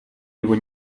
его